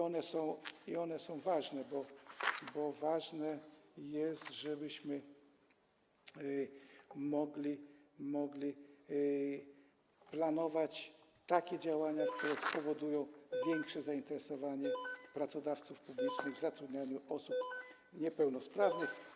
One są ważne, bo ważne jest, żebyśmy mogli planować takie działania, które spowodują większe zainteresowanie pracodawców publicznych zatrudnianiem osób niepełnosprawnych.